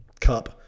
Cup